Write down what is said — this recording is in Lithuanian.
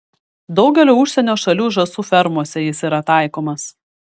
daugelio užsienio šalių žąsų fermose jis yra taikomas